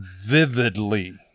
vividly